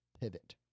pivot